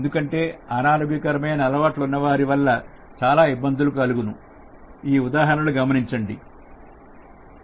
ఎందుకంటే అనారోగ్యకరమైన అలవాట్లు ఉన్న వారి వల్ల చాలా ఇబ్బందులు కలుగును ఈ ఉదాహరణ గమనించండి